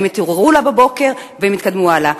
הם יתעוררו אליה בבוקר והם יתקדמו הלאה.